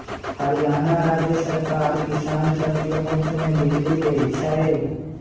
हरियाणा राज्य सरकार किसान सब के मुफ्त में बिजली देई छई